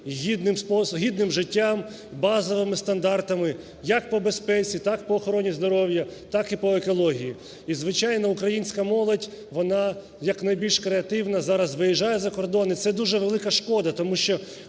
гідним життям, базовими стандартами як по безпеці, так і по охороні здоров'я, так і по екології. І, звичайно, українська молодь, вона як найбільш креативна зараз виїжджає за кордон і це дуже велика шкода, тому що